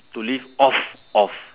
to live off off